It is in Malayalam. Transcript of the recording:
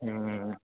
മ്മ്